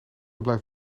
blijft